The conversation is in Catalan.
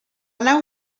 nau